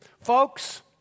Folks